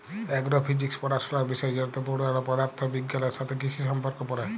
এগ্র physics পড়াশলার বিষয় যেটতে পড়ুয়ারা পদাথথ বিগগালের সাথে কিসির সম্পর্ক পড়ে